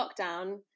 lockdown